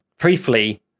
briefly